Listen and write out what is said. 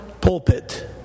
pulpit